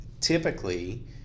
typically